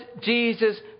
Jesus